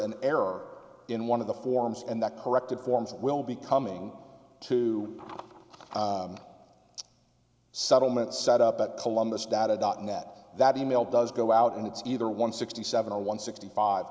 an error in one of the forms and that corrected forms will be coming to a settlement set up at columbus data dot net that e mail does go out and it's either one sixty seven or one sixty five